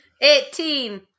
Eighteen